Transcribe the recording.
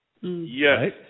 Yes